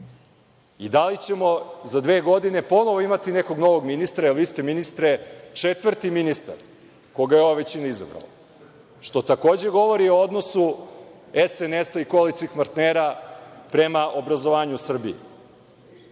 Da li ćemo za dve godine ponovo imati nekog novog ministra, jer vi ste ministre četvrti ministar koga je ova većina izabrala, što takođe govori o odnosu SNS i koalicionih partnera prema obrazovanju u Srbiji. Pre